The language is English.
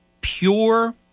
pure